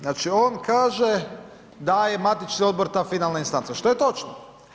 Znači on kaže da je matični odbor za finalna instanca, što je točno.